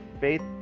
faith